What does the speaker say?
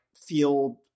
feel